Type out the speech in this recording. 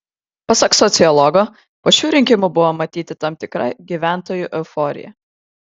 pasak sociologo po šių rinkimų buvo matyti tam tikra gyventojų euforija